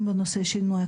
למשל,